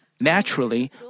naturally